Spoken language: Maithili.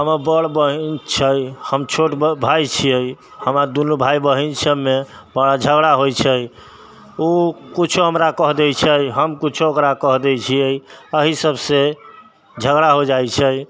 हमर बड़ बहिन छै हम छोट भाय छियै हमरा दुनू भाय बहिन सबमे बड़ा झगड़ा होइ छै उ कुछौ हमरा कह दै छै हम कुछौ ओकरा कह दै छै एहि सबसँ झगड़ा हो जाइ छै